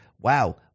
wow